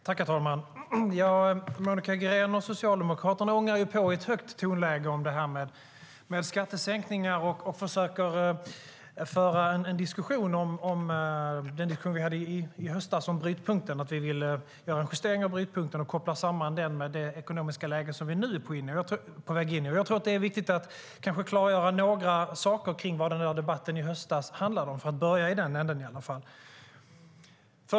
Herr talman! Monica Green och Socialdemokraterna ångar på i ett högt tonläge om det här med skattesänkningar och försöker föra en diskussion om den debatt vi hade i höstas om brytpunkten, att vi ville göra en justering av brytpunkten, och kopplar samman den med det ekonomiska läge som vi nu är på väg in i. Jag tror att det är viktigt att klargöra några saker om vad debatten i höstas handlade om. Jag börjar i den änden i alla fall.